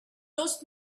lost